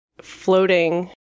floating